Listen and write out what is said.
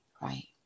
right